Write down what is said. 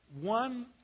One